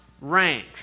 rank